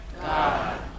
God